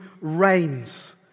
reigns